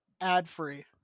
ad-free